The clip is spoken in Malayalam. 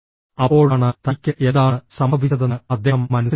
അപ്പോഴാണ് തനിക്ക് എന്താണ് സംഭവിച്ചതെന്ന് അദ്ദേഹം മനസ്സിലാക്കിയത്